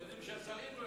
קודם שהשרים לא יפריעו.